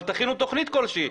אבל תכינו תוכנית כלשהי.